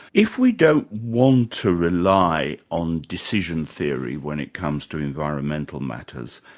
if we don't want to rely on decision-theory when it comes to environmental matters,